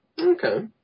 Okay